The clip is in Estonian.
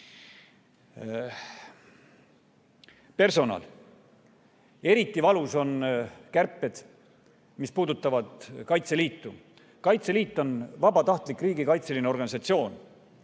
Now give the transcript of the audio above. Personal. Eriti valusad on kärped, mis puudutavad Kaitseliitu. Kaitseliit on vabatahtlik riigikaitseline organisatsioon,